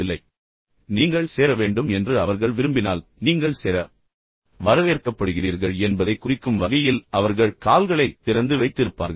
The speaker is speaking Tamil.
ஆனால் மறுபுறம் நான் முன்பு கூறியது போல் நீங்கள் சேர வேண்டும் என்று அவர்கள் விரும்பினால் நீங்கள் சேர வரவேற்கப்படுகிறீர்கள் என்பதைக் குறிக்கும் வகையில் அவர்கள் கால்களைத் திறந்து வைத்திருப்பார்கள்